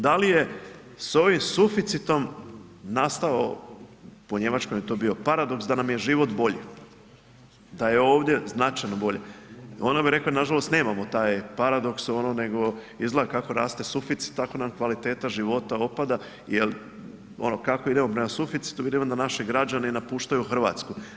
Da li je sa ovim suficitom nastao, po njemačkom bi to bio paradoks da nam je život bolji, da je ovdje značajno bolje. ... rekao nažalost nemamo taj paradoks nego izgleda kako raste suficit tako nam kvaliteta života opada, jer kako idemo prema suficitu vidimo da naši građani napuštaju Hrvatsku.